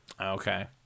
Okay